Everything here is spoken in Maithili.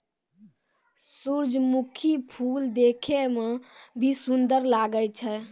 सुरजमुखी फूल देखै मे भी सुन्दर लागै छै